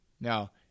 Now